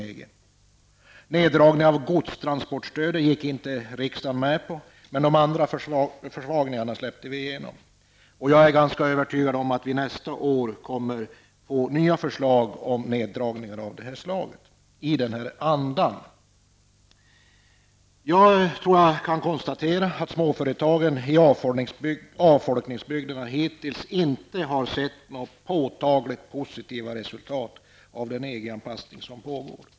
De föreslagna neddragningarna har godstransportstödet gick riksdagen inte med på, men de andra försvagningarna släpptes igenom. Jag är ganska övertygad om att vi nästa år kommer att få nya förslag om neddragningar av detta slag i EG anpassningens anda. Småföretagen i avfolkningsbygden har hittills inte sett några påtagliga positiva resultat av den EG anpassning som pågår.